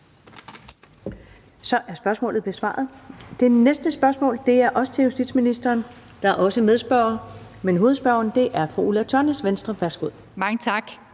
Så er spørgsmålet besvaret. Det næste spørgsmål er også til justitsministeren, og der er også en medspørger. Men hovedspørgeren er fru Ulla Tørnæs, Venstre. Kl.